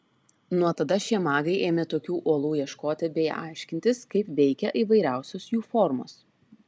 nuo tada šie magai ėmė tokių olų ieškoti bei aiškintis kaip veikia įvairiausios jų formos